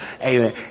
Amen